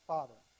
Father